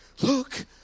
look